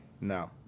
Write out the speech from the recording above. no